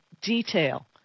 detail